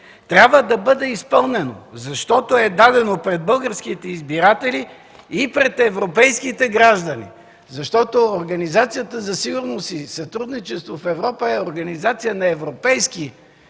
трябва да бъде изпълнено, защото е дадено пред българските избиратели и пред европейските граждани. Защото Организацията за сигурност и сътрудничество в Европа е организация на европейските